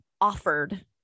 offered